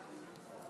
בעד.